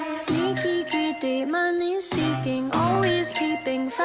greedy money seeking always peeping, so